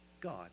God